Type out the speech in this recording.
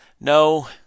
No